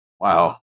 Wow